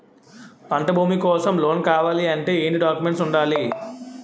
పంట భూమి కోసం లోన్ కావాలి అంటే ఏంటి డాక్యుమెంట్స్ ఉండాలి?